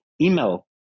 email